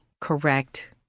correct